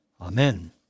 Amen